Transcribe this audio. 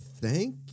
thank